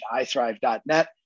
iThrive.net